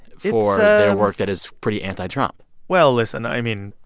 for their work that is pretty anti-trump well, listen i mean,